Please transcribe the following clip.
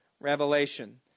revelation